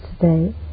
today